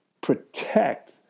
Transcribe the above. protect